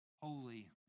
holy